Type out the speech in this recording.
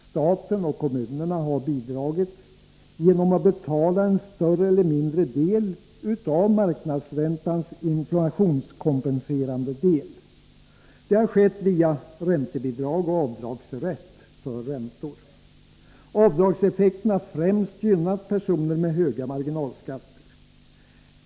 Staten och kommunerna har bidragit genom att betala en större eller mindre del av marknadsräntans inflationskompenserande del. Det har skett via räntebidrag och avdragsrätt för räntor. Avdragseffekten har främst gynnat personer med höga marginalskatter.